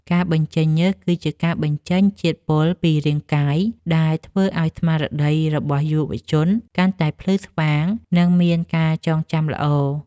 ការបញ្ចេញញើស គឺជាការបញ្ចេញជាតិពុលពីរាងកាយដែលធ្វើឱ្យស្មារតីរបស់យុវជនកាន់តែភ្លឺស្វាង និងមានការចងចាំល្អ។